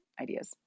ideas